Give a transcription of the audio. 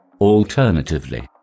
Alternatively